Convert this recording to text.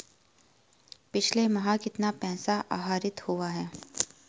पिछले माह कितना पैसा आहरित हुआ है?